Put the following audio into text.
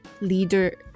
leader